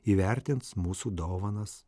įvertins mūsų dovanas